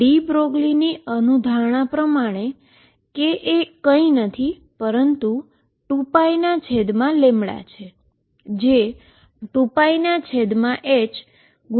તો ડી બ્રોગલીની હાઈપોથીસીસ પરથી K એ કંઈ નથી પરંતુ 2π છે